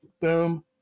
Boom